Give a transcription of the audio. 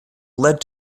led